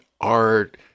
art